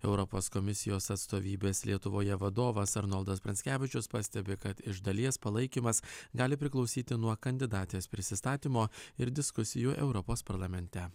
europos komisijos atstovybės lietuvoje vadovas arnoldas pranckevičius pastebi kad iš dalies palaikymas gali priklausyti nuo kandidatės prisistatymo ir diskusijų europos parlamente